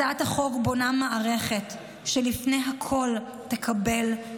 הצעת החוק בונה מערכת שלפני הכול תקבל,